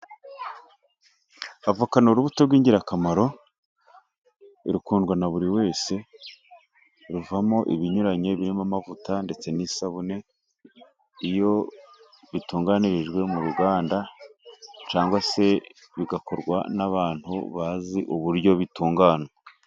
Avoka ni urubuto rw'ingirakamaro rukundwa na buri wese, ruvamo ibinyuranye birimo amavuta ndetse n'isabune, iyo bitunganirijwe mu ruganda, cyangwa se bigakorwa n'abantu bazi uburyo bitunganywa.